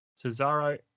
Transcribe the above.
Cesaro